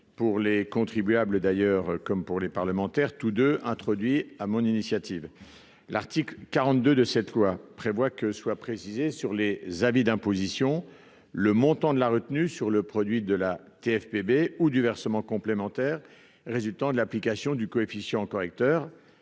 pour les contribuables, comme pour les parlementaires, tous deux introduits sur mon initiative. L'article 42 dispose en effet que soit précisé sur les avis d'imposition le montant de la retenue sur le produit de la TFPB ou du versement complémentaire résultant de l'application du coefficient correcteur,